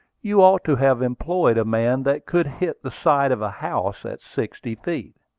you ought to have employed a man that could hit the side of a house at sixty feet.